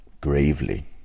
Gravely